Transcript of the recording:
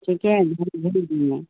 ٹھیک ہے